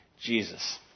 Jesus